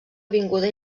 avinguda